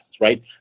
right